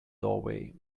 doorway